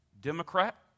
Democrat